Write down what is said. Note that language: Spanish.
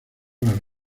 las